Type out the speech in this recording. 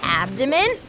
abdomen